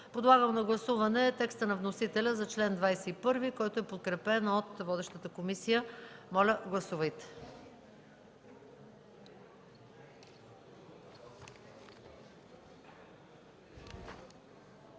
подлагам на гласуване текста на вносителя за чл. 28, който се подкрепя от водещата комисия. Моля, гласувайте.